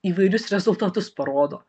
įvairius rezultatus parodo